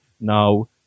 now